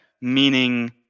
meaning